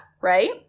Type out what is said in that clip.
right